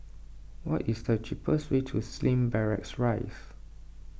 what is the cheapest way to Slim Barracks Rise